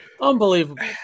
Unbelievable